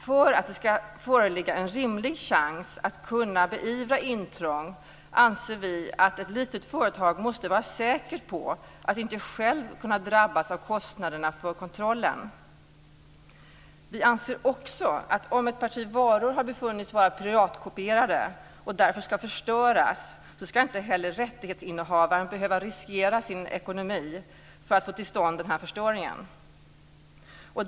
För att det ska föreligga en rimlig chans att kunna beivra intrång anser vi att ett litet företag måste vara säkert på att inte själv drabbas av kostnaderna för kontrollen. Vi anser också att rättighetsinnehavaren inte ska behöva riskera sin ekonomi för att få till stånd en förstöring om ett parti varor har befunnits vara piratkopierade och därför ska förstöras.